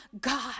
God